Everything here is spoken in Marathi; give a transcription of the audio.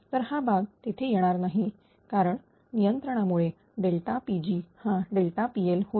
तर हा भाग तेथे येणार नाही कारण नियंत्रणामुळे Pg हा PL होईल